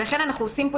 לכן אנחנו עושים פה